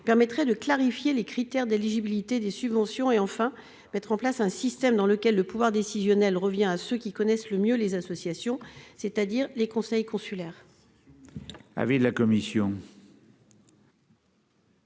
permettrait de clarifier les critères d'éligibilité à ces subventions et de mettre en place un système dans lequel le pouvoir décisionnel revient à ceux qui connaissent le mieux les associations, c'est-à-dire les conseils consulaires.